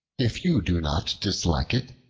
if you do not dislike it,